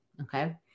Okay